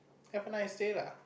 have a nice day lah